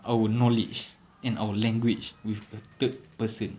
our knowledge and our language with a third person